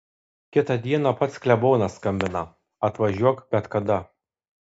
kitą dieną pats klebonas skambina atvažiuok bet kada